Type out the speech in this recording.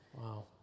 Wow